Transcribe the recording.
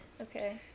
okay